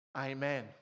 Amen